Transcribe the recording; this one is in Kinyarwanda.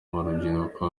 urubyiruko